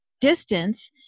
distance